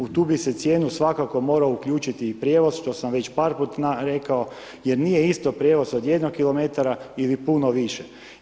U tu bi se cijenu svakako morao uključiti i prijevoz, što sam već par put rekao jer nije isto prijevoz od jednog kilometara ili puno više.